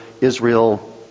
Israel